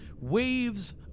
waves